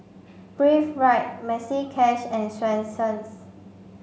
Breathe Right Maxi Cash and Swensens